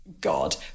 god